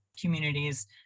communities